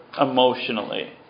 emotionally